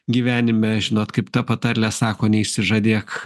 gyvenime žinot kaip ta patarlė sako neišsižadėk